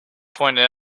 pointed